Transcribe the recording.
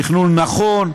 תכנון נכון,